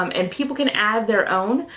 um and people can add their own,